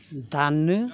दाननो